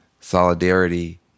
Solidarity